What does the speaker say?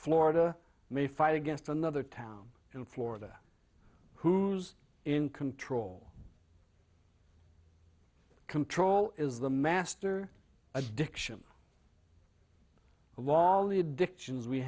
florida may fight against another town in florida who's in control control is the master addiction along the addictions we